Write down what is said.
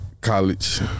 college